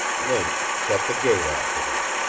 link shut the gate after them.